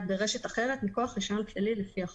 ברשת אחרת מכוח רישיון כללי לפי החוק,